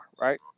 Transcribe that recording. right